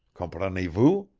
comprenez-vous?